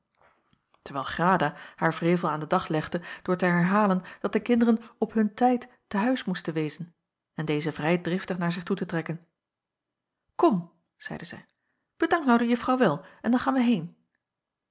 terwijl grada haar wrevel aan den dag legde door te herhalen dat de kinderen op hun tijd te huis moesten wezen en deze vrij driftig naar zich toe te trekken kom zeide zij bedank nou de juffrouw wel en dan gaan wij heen